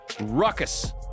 Ruckus